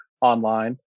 online